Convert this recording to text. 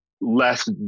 less